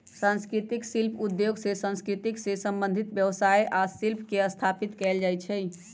संस्कृतिक शिल्प उद्योग में संस्कृति से संबंधित व्यवसाय आ शिल्प के स्थापित कएल जाइ छइ